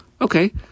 Okay